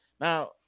Now